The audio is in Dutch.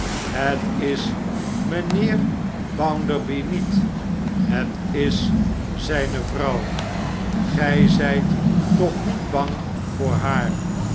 het is mijnheer bounderby niet het is zijne vrouw gij zijt toch niet bang voor haar